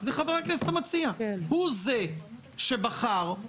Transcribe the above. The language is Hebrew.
זאת אומרת שהכלל הוא שהפקודות --- שר הרווחה